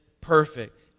perfect